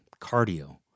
cardio